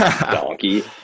Donkey